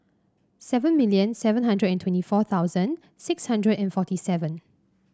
seven million seven hundred and twenty four thousand six hundred and forty seven